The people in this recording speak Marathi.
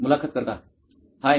मुलाखत कर्ता हाय